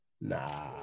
Nah